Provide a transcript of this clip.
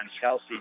Chelsea